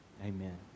Amen